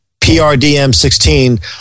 PRDM16